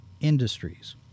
industries –